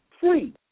free